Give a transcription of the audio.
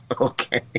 Okay